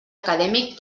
acadèmic